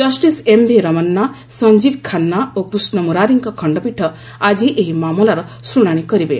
justice M V Ramana Sanjiv Khanna ଓ କୃଷ୍ଣମୂରାରୀଙ୍କ ଖଣ୍ଡପୀଠ ଆଜି ଏହି ମାମଲାର ଶୁଣାଣି କରିବେ